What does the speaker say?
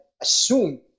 assume